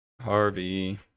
Harvey